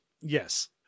Yes